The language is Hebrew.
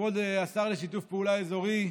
כבוד השר לשיתוף פעולה אזורי,